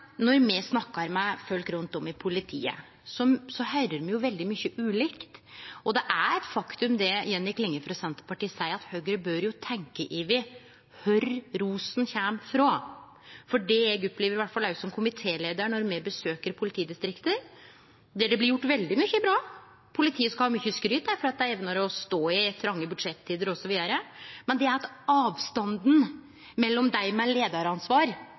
Når me snakkar med folk rundt om i politiet, høyrer me veldig mykje ulikt, og det er eit faktum, det representanten Jenny Klinge frå Senterpartiet seier, at Høgre bør tenkje over kvar rosen kjem frå. For det eg opplever som komitéleiar når me besøkjer politidistrikt – der det blir gjort veldig mykje bra, politiet skal ha mykje skryt for at dei evnar å stå i tronge budsjettider, osv. – er at avstanden mellom dei med